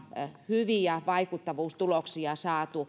hyviä vaikuttavuustuloksia saatu